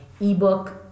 Ebook